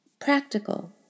practical